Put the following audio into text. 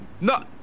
No